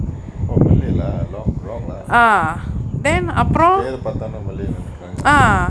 oh malay lah long wrong lah பெர பாத்தோன்னே:pera pathonnae malay னு நெனைக்குறாங்க:nu nenaikkuranga